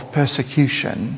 persecution